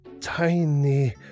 tiny